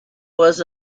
was